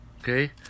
Okay